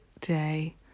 day